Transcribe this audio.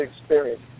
experience